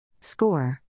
Score